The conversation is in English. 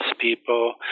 people